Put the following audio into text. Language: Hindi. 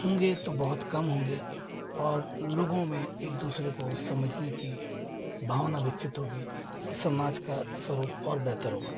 होंगे तो बहुत कम होंगे और लोगों में एक दूसरे को समझने की भावना विकसित होगी और समाज का स्वरूप और बेहतर होगा